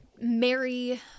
Mary